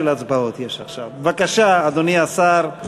בבקשה, אדוני השר.